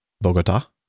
Bogota